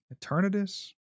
Eternatus